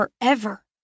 forever